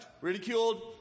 ridiculed